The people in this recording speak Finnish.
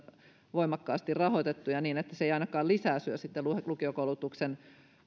voimakkaasti rahoitettuja niin että se ei ainakaan syö lisää lukiokoulutuksen